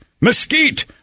mesquite